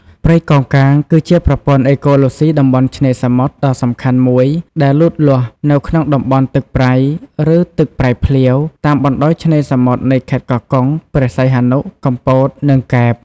ព្រៃកោងកាងគឺជាប្រព័ន្ធអេកូឡូស៊ីតំបន់ឆ្នេរសមុទ្រដ៏សំខាន់មួយដែលលូតលាស់នៅក្នុងតំបន់ទឹកប្រៃ ឬទឹកប្រៃភ្លាវ តាមបណ្តោយឆ្នេរសមុទ្រនៃខេត្តកោះកុង ព្រះសីហនុ កំពត និងកែប។